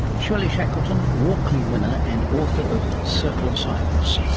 shirley shackleton, walkley winner, and author of circle of silence.